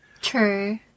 True